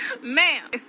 Ma'am